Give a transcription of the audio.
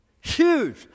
Huge